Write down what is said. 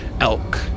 elk